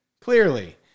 clearly